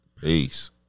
Peace